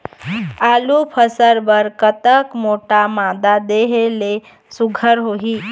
आलू फसल बर कतक मोटा मादा देहे ले सुघ्घर होही?